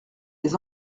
les